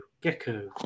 gecko